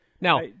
Now